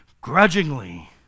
grudgingly